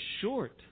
short